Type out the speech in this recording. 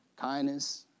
kindness